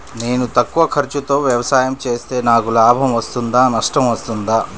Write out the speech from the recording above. నేను తక్కువ ఖర్చుతో వ్యవసాయం చేస్తే నాకు లాభం వస్తుందా నష్టం వస్తుందా?